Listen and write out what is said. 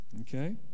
Okay